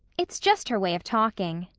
it's just her way of talking.